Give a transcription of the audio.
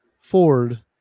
Ford